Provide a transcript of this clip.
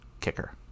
kicker